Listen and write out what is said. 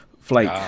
flake